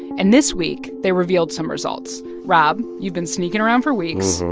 and this week, they revealed some results. rob, you've been sneaking around for weeks,